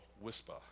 whisper